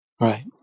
Right